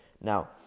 now